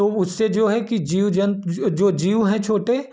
तो उससे जो है कि जीव जंतु जो जीव हैं छोटे